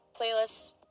playlists